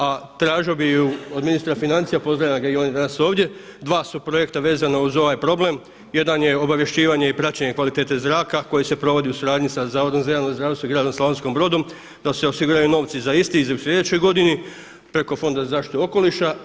A tražio bih i od ministra financija, pozdravljam ga i on je danas ovdje, dva su projekta vezana uz ovaj problem, jedan je obavješćivanje i praćenje kvalitete zraka koja se provodi u suradnji sa Zavodom za javno zdravstvo i gradom Slavonskim Brodom da se osiguraju novci za isti i u sljedećoj godini preko Fonda za zaštitu okoliša.